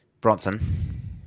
Bronson